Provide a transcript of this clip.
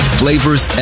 flavors